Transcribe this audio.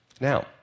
Now